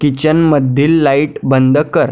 किचनमधील light बंद कर